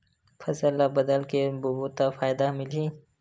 फसल ल बदल के बोबो त फ़ायदा मिलही?